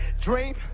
dream